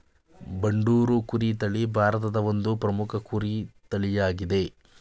ಬಂಡೂರು ಕುರಿ ತಳಿ ಭಾರತದ ಒಂದು ಪ್ರಮುಖ ಕುರಿ ತಳಿಯಾಗಿದೆ